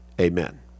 Amen